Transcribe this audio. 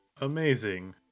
amazing